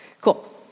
Cool